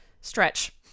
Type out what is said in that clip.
Stretch